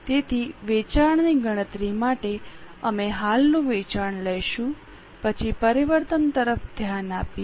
તેથી વેચાણની ગણતરી માટે અમે હાલનું વેચાણ લઈશું પછી પરિવર્તન તરફ ધ્યાન આપીએ